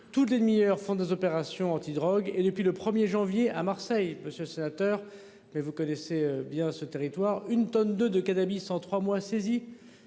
tout et demi-heure font des opérations antidrogue et depuis le 1er janvier à Marseille peut sénateur mais vous connaissez bien ce territoire une tonne de cannabis en trois mois,